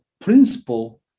principle